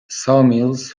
sawmills